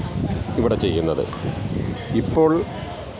ഇവിടെ ചെയ്യുന്നത് ഇപ്പോൾ